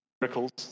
miracles